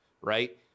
right